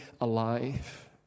alive